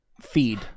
feed